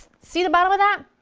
see the bottom of that?